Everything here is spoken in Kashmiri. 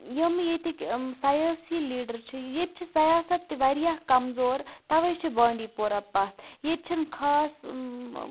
یِم ییٚتِکۍ سیٲسی لیٖڈَر چھِ ییٚتہِ چھِ سیاسَت تہِ واریاہ کمزور تَوَے چھِ بانڈی پورہ پَتھ ییٚتہِ چھِنہٕ خاص